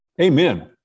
Amen